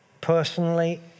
Personally